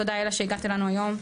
תודה אלה שהגעת אלינו היום.